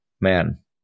man